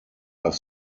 i’ve